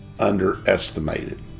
underestimated